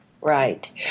Right